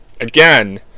again